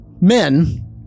men